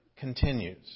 Continues